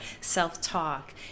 self-talk